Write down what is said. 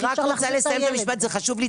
אני רוצה לסיים את המשפט, זה חשוב לי.